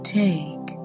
take